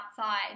outside